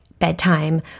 bedtime